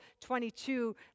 22